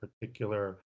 particular